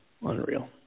Unreal